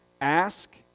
Ask